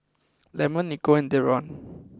Lemon Nicole and Deron